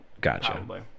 Gotcha